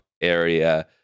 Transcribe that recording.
area